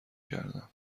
کردم